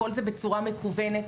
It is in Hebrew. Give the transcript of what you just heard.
הכול זה בצורה מקוונת.